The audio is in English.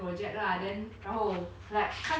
拿在手上的那个手扶是吗